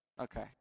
Okay